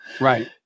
Right